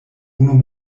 unu